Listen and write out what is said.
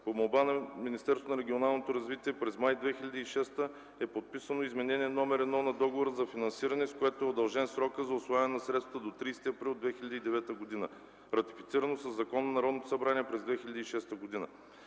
По молба на МРРБ през м. май 2006 е подписано Изменение № 1 на Договора за финансиране, с което е удължен срока за усвояване на средствата до 30 април 2009 г., ратифицирано със закон на Народното събрание през 2006 г.